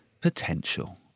potential